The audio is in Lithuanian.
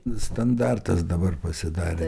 standartas dabar pasidarė